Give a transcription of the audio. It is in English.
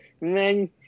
Man